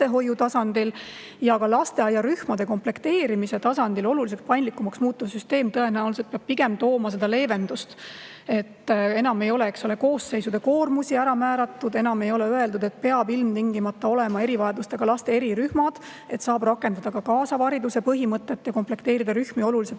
ja ka lasteaiarühmade komplekteerimise tasandil oluliselt paindlikumaks muutuv süsteem peab tõenäoliselt pigem tooma leevendust. Enam ei ole koosseisude koormusi ära määratud, enam ei ole öeldud, et peavad ilmtingimata olema erivajadustega laste erirühmad, vaid saab rakendada ka kaasava hariduse põhimõtet ja komplekteerida rühmi oluliselt